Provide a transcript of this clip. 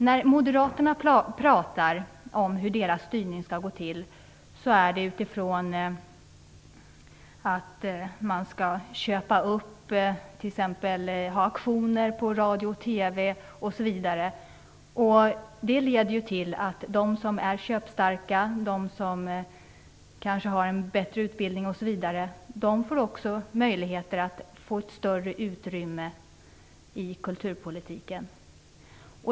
När moderaterna talar om hur deras styrning skall gå till handlar det om t.ex. att ha auktioner på radio och TV osv. Det leder till att de som är köpstarka och har bättre utbildning och annat får möjligheter till ett större utrymme i kulturpolitiken.